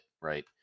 right